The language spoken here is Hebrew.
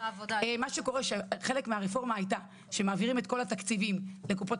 מה שקורה שחלק מהרפורמה הייתה שמעבירים את כל התקציבים לקופות